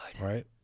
Right